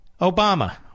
Obama